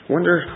Wonder